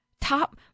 top